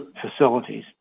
facilities